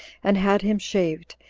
and had him shaved,